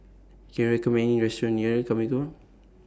Can YOU recommend Me A Restaurant near Carmichael